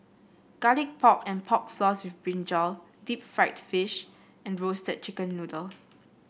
Garlic Pork and Pork Floss with brinjal Deep Fried Fish and Roasted Chicken Noodle